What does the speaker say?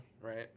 Right